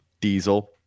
diesel